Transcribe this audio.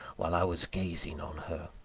while i was gazing on her.